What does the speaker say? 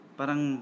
parang